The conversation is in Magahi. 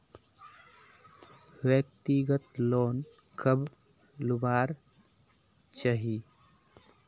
व्यक्तिगत लोन कब लुबार चही?